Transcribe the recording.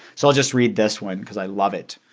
so i'll just read this one cause i love it